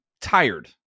tired